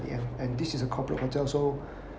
ya and this is a corporate hotel so